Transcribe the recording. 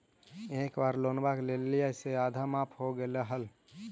एक बार लोनवा लेलियै से आधा माफ हो गेले हल?